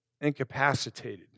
incapacitated